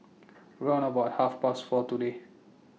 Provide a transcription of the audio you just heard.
round about Half Past four today